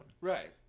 Right